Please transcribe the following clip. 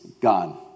God